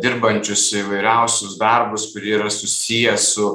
dirbančius įvairiausius darbus kurie yra susiję su